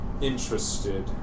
interested